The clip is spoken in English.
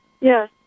Yes